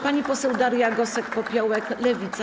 Pani poseł Daria Gosek-Popiołek, Lewica.